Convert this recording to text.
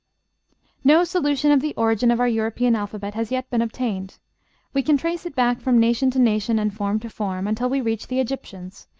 no solution of the origin of our european alphabet has yet been obtained we can trace it back from nation to nation, and form to form, until we reach the egyptians,